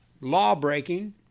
law-breaking